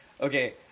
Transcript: okay